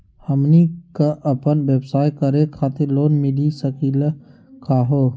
हमनी क अपन व्यवसाय करै खातिर लोन मिली सकली का हो?